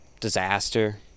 disaster